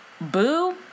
boo